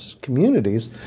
communities